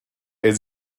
est